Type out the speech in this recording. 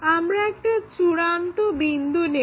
আমরা একটা চূড়ান্ত বিন্দু নেবো